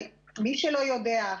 מי שלא יודע,